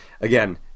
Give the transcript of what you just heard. again